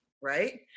right